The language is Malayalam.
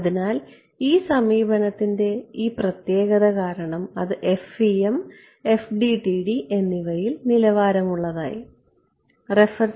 അതിനാൽ ഈ സമീപനത്തിന്റെ ഈ പ്രത്യേകത കാരണം അത് FEM FDTD എന്നിവയിൽ നിലവാരമുള്ളതായിത്തീർന്നു